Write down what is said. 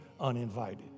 uninvited